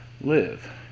live